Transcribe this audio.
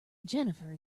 jennifer